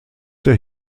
der